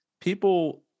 people